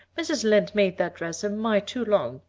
mrs. lynde made that dress a mite too long,